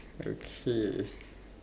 okay